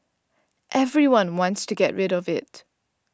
everyone wants to get rid of it